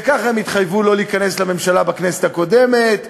וככה הם התחייבו לו להיכנס לממשלה בכנסת הקודמת,